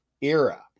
era